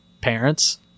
parents